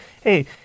hey